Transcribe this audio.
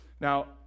Now